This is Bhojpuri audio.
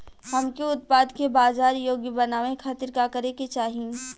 हमके उत्पाद के बाजार योग्य बनावे खातिर का करे के चाहीं?